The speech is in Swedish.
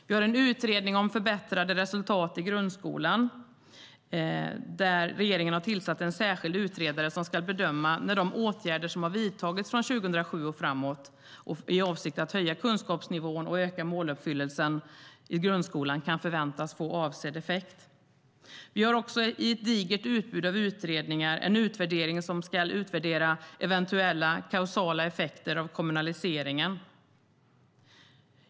Vi har en utredning om förbättrade resultat i grundskolan där regeringen har tillsatt en särskild utredare som ska bedöma när de åtgärder som har vidtagits från 2007 och framåt i avsikt att höja kunskapsnivån och öka måluppfyllelsen i grundskolan kan förväntas få avsedd effekt. Vi har också i ett digert utbud av utredningar en utvärdering som ska utvärdera eventuella kausala effekter av kommunaliseringen.